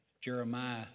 Jeremiah